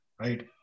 right